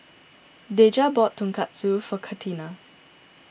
Dejah bought Tonkatsu for Catalina